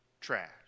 Trash